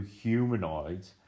humanoids